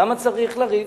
למה צריך לריב?